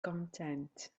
content